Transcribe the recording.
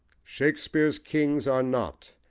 shakespeare's kings are not,